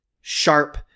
sharp